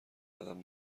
قدم